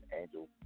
Angel